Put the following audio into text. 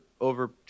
over